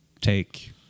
take